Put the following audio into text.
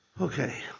Okay